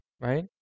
right